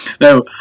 No